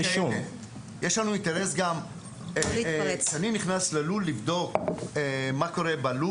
כשאני נכנס ללול לבדוק מה קורה בו,